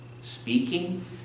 Speaking